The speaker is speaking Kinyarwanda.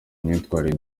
imyitwarire